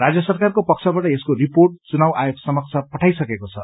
राज्य सरकारको पक्षबाट यसको रिपोर्ट चुनाव आयोग समक्ष पठाइसकेको छ